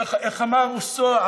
איך אמר רוסו?